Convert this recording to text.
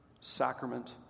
Sacrament